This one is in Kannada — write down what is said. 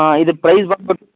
ಇದರ ಪ್ರೈಸ್ ಬನ್ಬಿಟ್ಟು